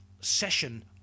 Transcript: session